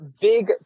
big